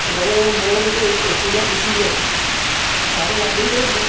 যাব যাব মোৰ লগত এই অতুল আৰু বিতুল যাব তাহাঁতি যাম বুলি কৈছিলে